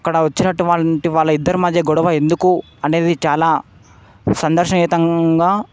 అక్కడ వచ్చినటువంటి వాళ్ళ ఇద్దరి మధ్య గొడవ ఎందుకూ అనేది చాలా సందర్శనీయతంగా